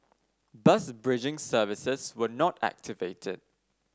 bus bridging services were not activated